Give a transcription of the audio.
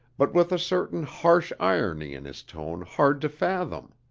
but with a certain harsh irony in his tone hard to fathom.